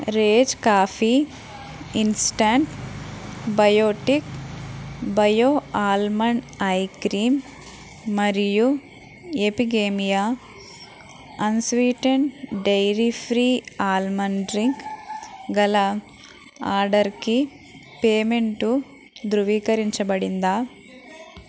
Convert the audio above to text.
raise coffee instant biotic bio almond ice cream మరియు Epigamia unsweetened dairy free almond drink గల ఆర్డర్కి payment ద్రువీకరించబడిందా